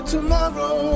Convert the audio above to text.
Tomorrow